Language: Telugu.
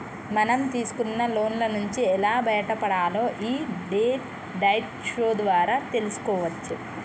మనం తీసుకున్న లోన్ల నుంచి ఎలా బయటపడాలో యీ డెట్ డైట్ షో ద్వారా తెల్సుకోవచ్చు